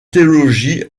théologie